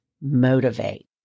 motivate